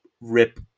rip